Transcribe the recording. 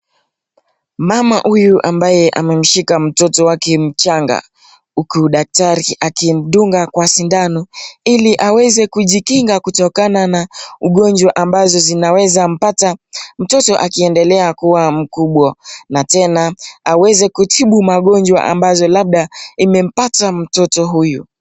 Mama huyu ambaye amemshika mtoto wake mchanga uku daktari akimdunga kwa sindano ili aweze kujikinga kutokana na ugonjwa ambazo zinaweza mpata mtoto akiendelea kuwa mkubwa na tena aweze kutibu magonjwa ambazo labda imempata mtoto huyu.